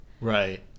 Right